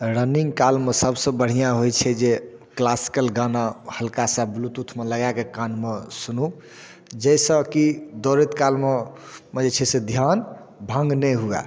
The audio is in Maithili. रनिङ्ग कालमे सबसँ बढ़िआँ होइ छै जे क्लासिकल गाना हल्कासा ब्लूटुथमे लगाकऽ कानमे सुनू जाहिसँ कि दौड़ैत कालमे बजै छै से धिआन भङ्ग नहि हुअए